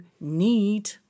need